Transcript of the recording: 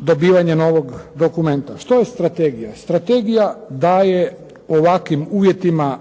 dobivanje novog dokumenta. Što je strategija? Strategija daje u ovakvim uvjetima